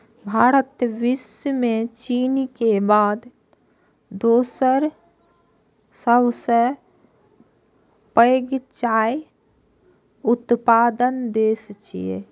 भारत विश्व मे चीन के बाद दोसर सबसं पैघ चाय उत्पादक देश छियै